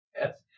Yes